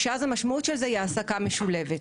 ואז זו העסקה משולבת.